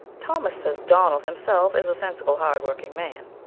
thomas says donnell himself is a sensible, hard-working man,